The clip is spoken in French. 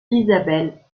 isabelle